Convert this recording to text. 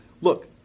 look